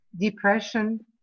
depression